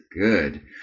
good